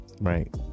Right